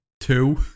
Two